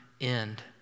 end